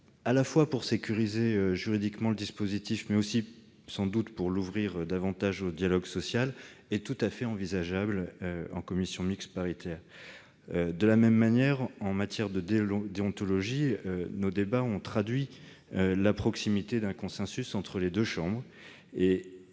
seulement pour sécuriser juridiquement le dispositif, mais aussi, sans doute, pour l'ouvrir davantage au dialogue social, est tout à fait envisageable. De la même manière, en matière de déontologie, nos débats ont montré qu'un consensus entre les deux chambres